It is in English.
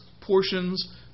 portions